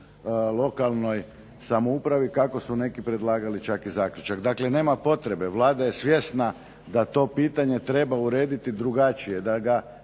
lokalnoj samoupravi kako su neki predlagali čak i zaključak. Dakle nema potrebe, Vlada je svjesna da to pitanje treba urediti drugačije, da ga